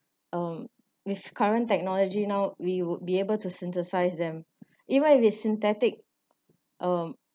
um with current technology now we would be able to synthesise them even if it synthetic um